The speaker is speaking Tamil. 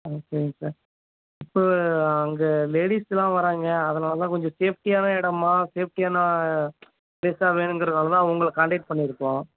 ஆ சரிங்க சார் இப்போ அங்கே லேடிஸ்லாம் வராங்க அதனால் கொஞ்சம் சேஃப்ட்டியான இடமா சேஃப்ட்டியான ப்ளேஸாக வேணுங்கிறனால் தான் உங்களை காண்டெக்ட் பண்ணியிருக்கோம்